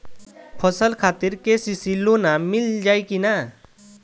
फसल खातिर के.सी.सी लोना मील जाई किना?